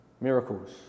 miracles